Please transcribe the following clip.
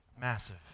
massive